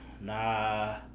Nah